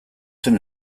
zen